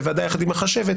בוודאי יחד עם החשבת,